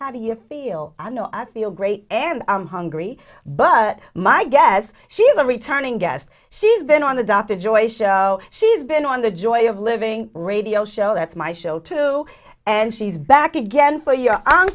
how do you feel i know i feel great and i'm hungry but my guess she's a returning guest she's been on the dr joy show she's been on the joy of living radio show that's my show too and she's back again for your